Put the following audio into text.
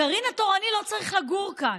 הגרעין התורני לא צריך לגור כאן,